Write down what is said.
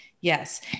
Yes